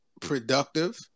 Productive